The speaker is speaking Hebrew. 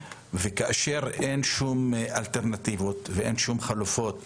כאשר אין שום אלטרנטיבות ואין שום חלופות